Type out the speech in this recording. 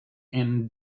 and